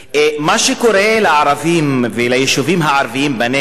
מה שקורה לערבים, ליישובים הערביים בנגב,